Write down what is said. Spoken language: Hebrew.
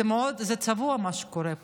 זה צבוע, מה שקורה פה,